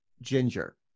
ginger